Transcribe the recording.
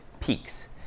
peaks